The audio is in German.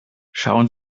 schauen